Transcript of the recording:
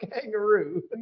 kangaroo